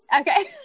Okay